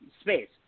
space